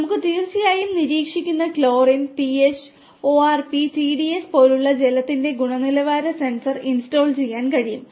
നമുക്ക് തീർച്ചയായും ശേഷിക്കുന്ന ക്ലോറിൻ PH ORP TDS പോലുള്ള ജലത്തിന്റെ ഗുണനിലവാര സെൻസർ ഇൻസ്റ്റാൾ ചെയ്യാൻ കഴിയും